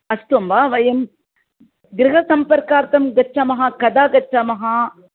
अस्तु अम्ब वयं गृहसम्पर्कार्थं गच्छामः कदा गच्छामः